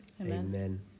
amen